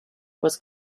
was